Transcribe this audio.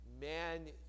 man